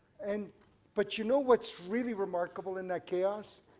and but you know what's really remarkable in that chaos?